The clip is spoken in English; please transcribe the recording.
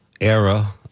era